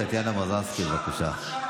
חברת הכנסת טטיאנה מזרסקי, בבקשה.